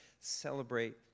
celebrate